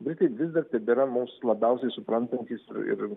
britai vis dar tebėra mus labiausiai suprantantys ir